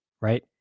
right